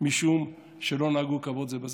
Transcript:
משום שלא נהגו כבוד זה בזה.